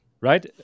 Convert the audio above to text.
right